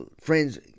Friends